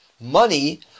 money